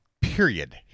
period